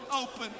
open